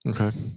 Okay